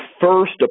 first